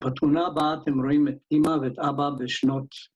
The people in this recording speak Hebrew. בתמונה הבאה אתם רואים את אימא ואת אבא בשנות.